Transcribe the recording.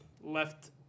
left